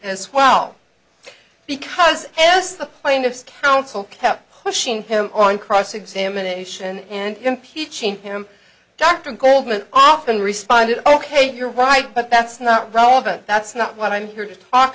as well because as the plaintiff's counsel kept pushing him on cross examination and impeaching him dr goldman often responded ok you're right but that's not relevant that's not what i'm here to talk